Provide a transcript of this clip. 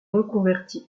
reconverti